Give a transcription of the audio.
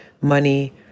money